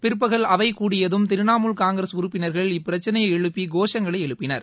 பிற்பகல் அவை கூடியதும் திரிணாமுல் காங்கிரஸ் உறுப்பினர்கள் இப்பிரச்சினையை எழுப்பி கோஷங்களை எழுப்பினர்